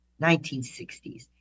1960s